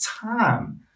time